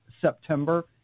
September